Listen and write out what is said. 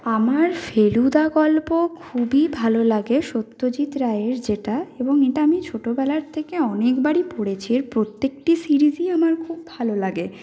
আমার ফেলুদা গল্প খুবই ভালো লাগে সত্যজিৎ রায়ের যেটা এবং এটা আমি ছোটবেলা থেকে অনেক বারই পড়েছি এর প্রত্যেকটি সিরিজই আমার খুব ভালো লাগে